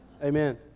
Amen